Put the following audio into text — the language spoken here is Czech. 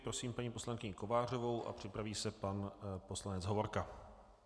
Prosím paní poslankyni Kovářovou a připraví se pan poslanec Hovorka.